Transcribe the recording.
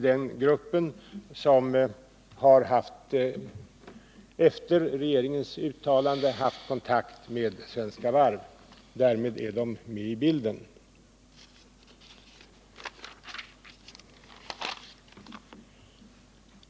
Den gruppen har efter regeringens uttalande haft kontakt med Svenska Varv. Därmed är de anställda med i bilden.